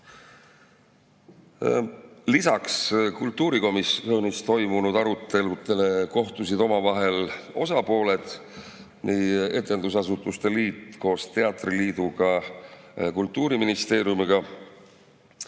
Lisaks kultuurikomisjonis toimunud aruteludele kohtusid omavahel osapooled, etendusasutuste liit koos teatriliiduga kohtus Kultuuriministeeriumiga.